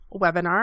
webinar